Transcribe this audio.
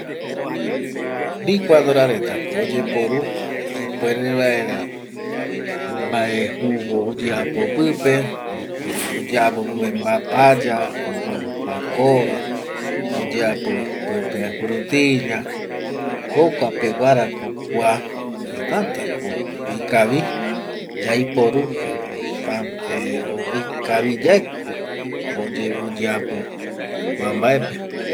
Likuadora retako oyeporu ipuere vaera mbae jugo oyeapo pipe, oyeapo pipe mbapaya, pakova oyeapo pipe frutilla jokua peguarako kua tätako ikavi yaiporu ikaviyaeko oyeapo kua mbaepe